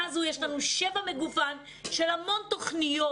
הזו יש לנו שפע מגוון של המון תוכניות,